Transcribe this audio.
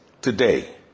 today